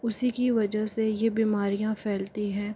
उसी की वजह से ये बीमारियाँ फैलती हैं